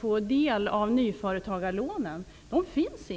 få del av nyföretagarlånen inte finns.